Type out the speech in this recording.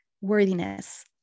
worthiness